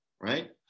right